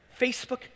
Facebook